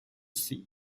sea